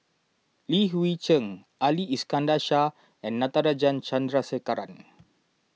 Li Hui Cheng Ali Iskandar Shah and Natarajan Chandrasekaran